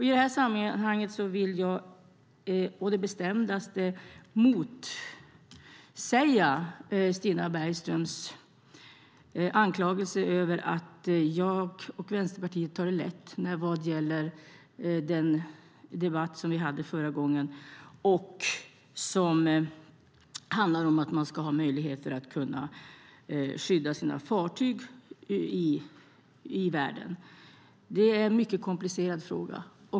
I detta sammanhang vill jag å det bestämdaste motsäga Stina Bergströms anklagelse om att jag och Vänsterpartiet skulle ta lätt på debatten vi haft om att man ska ha möjligheter att skydda sina fartyg i världen. Det är en mycket komplicerad fråga.